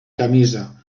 camisa